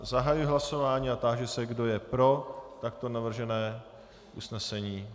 Zahajuji hlasování a táži se, kdo je pro takto navržené usnesení.